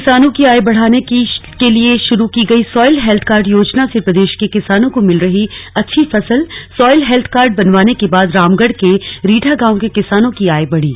किसानों की आय बढ़ाने के लिए शुरू की गई सॉयल हेल्थ कार्ड योजना से प्रदेश के किसानों को मिल रही अच्छी फसल सॉयल हेल्थ कार्ड बनवाने के बाद रामगढ़ के रीठा गांव के किसानों की आय बढ़ी